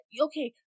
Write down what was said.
Okay